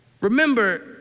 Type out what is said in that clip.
Remember